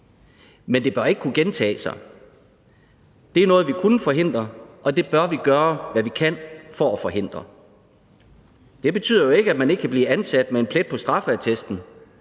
men det bør ikke kunne gentage sig. Det er noget, vi kan forhindre, og det bør vi gøre, hvad vi kan, for at forhindre. Det betyder jo ikke, at man ikke kan blive ansat med en plet på straffeattesten.